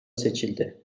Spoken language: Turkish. seçildi